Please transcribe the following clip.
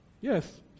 Yes